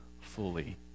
fully